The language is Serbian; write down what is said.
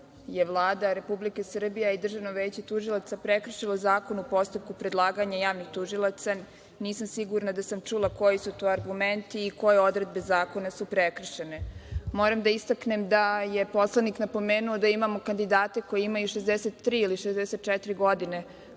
je Vlada Republike Srbije i Državno veće tužilaca, prekršilo zakon u postupku predlaganja javnog tužilaca, nisam sigurna da sam čula koji su to argumenti i koje odredbe zakona su prekršene. Moram da istaknem da je poslanik napomenuo da imamo kandidate koji imaju 63 od 64 godine